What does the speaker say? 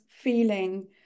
feeling